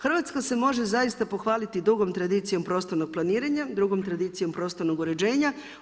Hrvatska se može zaista pohvaliti dugom tradicijom prostornog planiranja, dugom tradicijom prostornog uređenja.